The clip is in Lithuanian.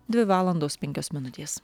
dvi valandos penkios minutės